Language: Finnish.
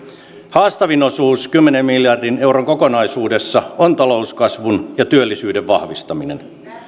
haastavin osuus kymmenen miljardin euron kokonaisuudessa on talouskasvun ja työllisyyden vahvistaminen